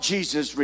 Jesus